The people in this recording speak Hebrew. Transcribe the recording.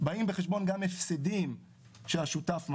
באים בחשבון גם הפסדים שהשותף משך.